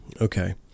Okay